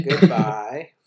goodbye